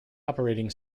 operating